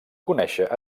conèixer